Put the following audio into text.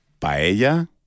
paella